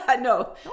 No